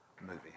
movie